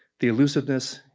the illusiveness,